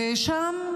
ושם,